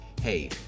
hey